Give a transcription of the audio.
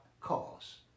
cause